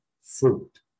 fruit